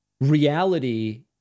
reality